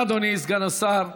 תודה, אדוני, סגן השר.